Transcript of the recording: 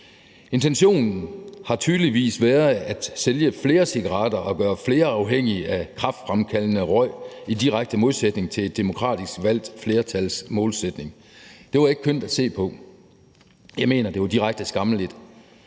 Intentionen har tydeligvis været at sælge flere cigaretter og gøre flere afhængige af kræftfremkaldende røg i direkte modsætning til et demokratisk valgt flertals målsætning. Det var ikke kønt at se på. Jeg mener, det var direkte skammeligt,